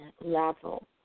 level